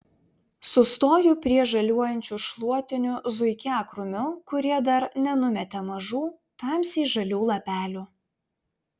sustoju prie žaliuojančių šluotinių zuikiakrūmių kurie dar nenumetė mažų tamsiai žalių lapelių